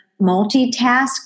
multitask